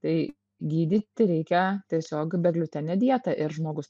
tai gydyti reikia tiesiog begliutene dieta ir žmogus